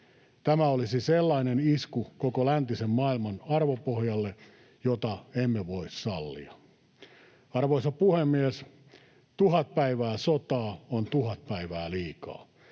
Tämä olisi sellainen isku koko läntisen maailman arvopohjalle, jota emme voi sallia. Arvoisa puhemies! Tuhat päivää sotaa on tuhat päivää liikaa.